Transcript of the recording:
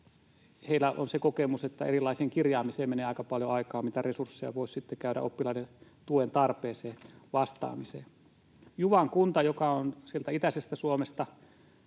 Heillä on se kokemus, että erilaiseen kirjaamiseen menee aika paljon aikaa, mitä resursseja voisi sitten käyttää oppilaiden tuen tarpeeseen vastaamiseen. Juvan kunta, joka on sieltä itäisestä Suomesta,